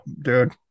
dude